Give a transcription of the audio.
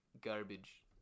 Garbage